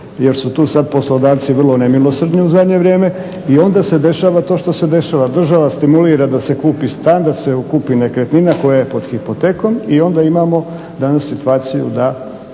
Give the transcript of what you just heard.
jer su tu sad poslodavci vrlo nemilosrdni u zadnje vrijeme i onda se dešava to što se dešava. Država stimulira da se kupi stan, da se kupi nekretnina pod hipotekom i onda imamo danas situaciju da